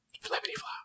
Flippity-flop